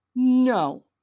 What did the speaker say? No